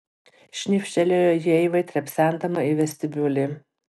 šnipštelėjo ji eivai trepsendama į vestibiulį